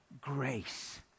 grace